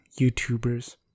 YouTubers